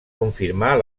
confirmar